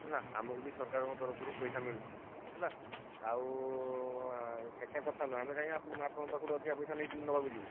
ହେଲା ଆମକୁ ବି ସରକାରଙ୍କ ତରଫରୁ ପଇସା ମିଳୁଛି ହେଲା ଆଉ ସେଟା କଥା ନୁହଁ ଆମେ କାଇଁ ଆପଣଙ୍କ ପାଖରୁ ଅଧିକ ପଇସା ନେଇ ନେବାକୁ ଯିବୁ